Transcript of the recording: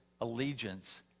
allegiance